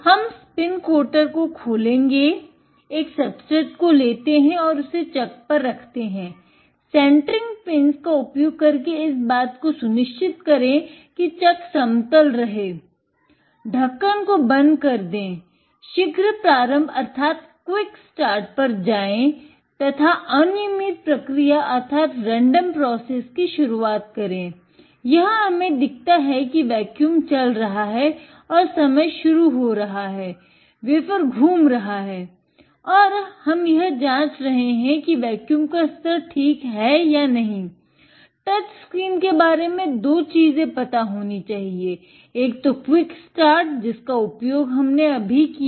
हम spin coater जिसका उपयोग हमने अभी किया